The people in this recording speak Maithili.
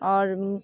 आओर